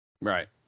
Right